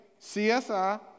CSI